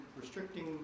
restricting